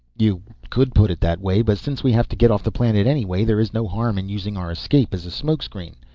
you could put it that way. but since we have to get off-planet anyway, there is no harm in using our escape as a smokescreen.